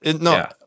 no